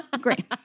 Great